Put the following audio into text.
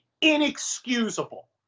Inexcusable